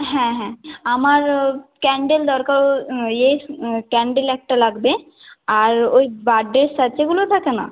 হ্যাঁ হ্যাঁ আমার ক্যান্ডেল দরকার ও ইয়ে ক্যান্ডেল একটা লাগবে আর ওই বার্থ ডের স্যাশগুলো থাকে না